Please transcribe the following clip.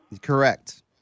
Correct